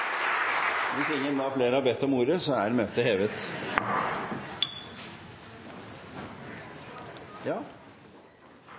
Hvis ingen flere da har bedt om ordet, er møtet hevet.